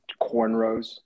cornrows